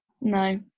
No